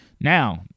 Now